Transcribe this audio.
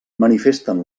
manifesten